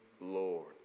Lord